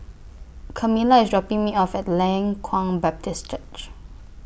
Camilla IS dropping Me off At Leng Kwang Baptist Church